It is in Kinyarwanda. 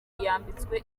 yambitswe